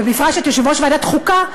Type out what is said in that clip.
ובפרט את יושב-ראש ועדת החוקה,